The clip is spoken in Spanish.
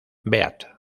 beat